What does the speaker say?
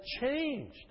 changed